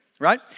right